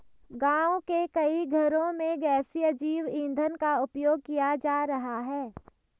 गाँव के कई घरों में गैसीय जैव ईंधन का उपयोग किया जा रहा है